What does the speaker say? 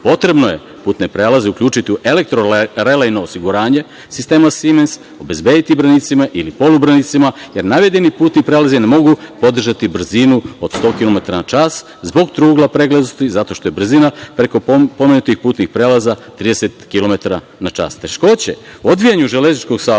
potrebno je putne prelaze uključiti u elektrorelejno osiguranje sistema Simens, obezbediti branicima ili polubranicima, jer navedeni putni prelazi ne mogu podržati brzinu od 100 kilometara na čas zbog trougla preglednosti zato što je brzina preko pomenutih putnih prelaza 30 kilometara